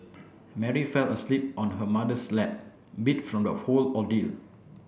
Mary fell asleep on her mother's lap beat from the whole ordeal